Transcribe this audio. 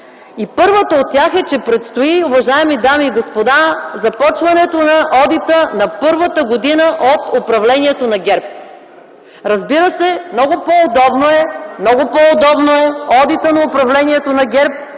Първата от тях е, че предстои, уважаеми дами и господа, започването на одита на първата година от управлението на ГЕРБ. Разбира се, много по-удобно e одитът на управлението на ГЕРБ